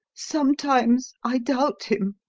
sometimes i doubt him.